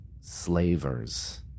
slavers